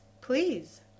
Please